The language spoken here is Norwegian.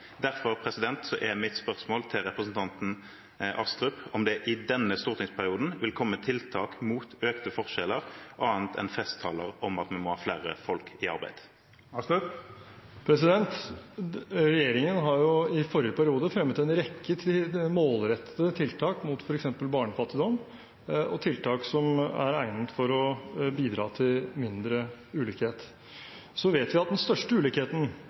Derfor er mitt spørsmål til representanten Astrup om det i denne stortingsperioden vil komme tiltak mot økte forskjeller, annet enn festtaler om at vi må ha flere i arbeid. Regjeringen fremmet i forrige periode en rekke målrettede tiltak mot f.eks. barnefattigdom og tiltak som er egnet til å bidra til mindre ulikhet. Vi vet at den største ulikheten